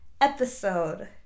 episode